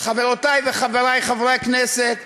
חברותי וחברי חברי הכנסת,